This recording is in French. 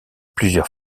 plusieurs